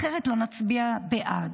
אחרת, לא נצביע בעד".